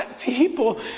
people